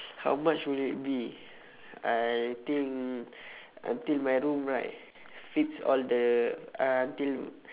how much would it be I think until my room right fits all the until